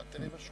הפנתרים.